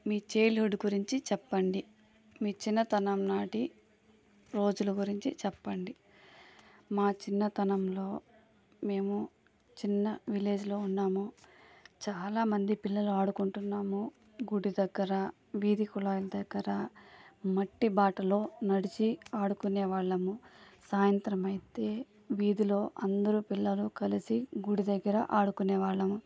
మీ childhood గురించి చెప్పండి మీ చిన్నతనం నాటి రోజుల గురించి చెప్పండి మా చిన్నతనంలో మేము చిన్న విలేజ్లో ఉన్నాము చాలామంది పిల్లలు ఆడుకుంటున్నాము గుడి దగ్గర వీధి కుళాయిల దగ్గర మట్టి బాటలో నడిచి ఆడుకునే వాళ్ళము సాయంత్రం అయితే వీధిలో అందరు పిల్లలు కలిసి గుడి దగ్గర ఆడుకునే వాళ్ళము